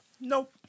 Nope